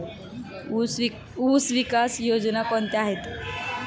ऊसविकास योजना कोण कोणत्या आहेत?